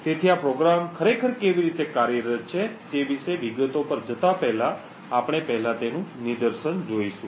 તેથી આ પ્રોગ્રામ ખરેખર કેવી રીતે કાર્યરત છે તે વિશે વિગતો પર જતા પહેલા આપણે પહેલા તેનું નિદર્શન જોઈશું